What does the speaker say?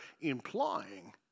implying